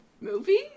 movie